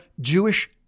Jewish